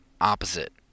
opposite